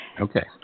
Okay